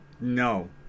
No